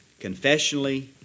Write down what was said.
confessionally